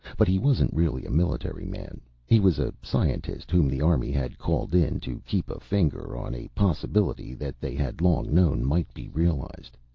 but he wasn't really a military man he was a scientist whom the army had called in to keep a finger on a possibility that they had long known might be realized.